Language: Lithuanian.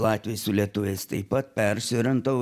latviai su lietuviais taip pat persiorientavo